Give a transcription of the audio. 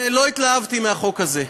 לא התלהבתי מהחוק הזה,